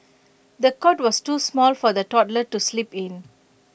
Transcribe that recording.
the cot was too small for the toddler to sleep in